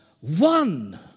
one